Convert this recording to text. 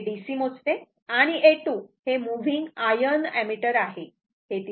म्हणून हे DC मोजते आणि A2 हे मूव्हिन्ग आयर्न ऍमीटर आहे